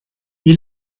wie